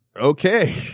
Okay